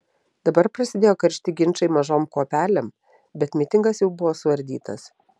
dabar prasidėjo karšti ginčai mažom kuopelėm bet mitingas jau buvo suardytas